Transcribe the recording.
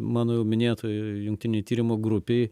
mano jau minėtoje jungtinių tyrimų grupėj